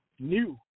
New